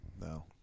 no